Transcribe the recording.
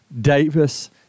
Davis